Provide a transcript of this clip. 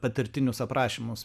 patirtinius aprašymus